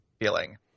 feeling